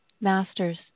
masters